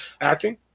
acting